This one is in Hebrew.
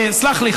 סלח לי,